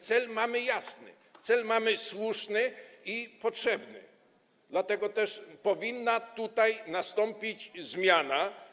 Cel mamy jasny, cel mamy słuszny i potrzebny, dlatego też powinna tutaj nastąpić zmiana.